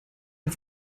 and